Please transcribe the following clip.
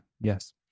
yes